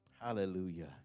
Hallelujah